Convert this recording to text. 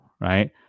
right